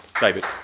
David